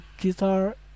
guitar